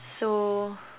so